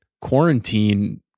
quarantine